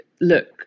look